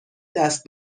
دست